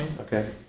Okay